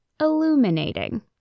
illuminating